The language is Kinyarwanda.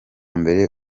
mbere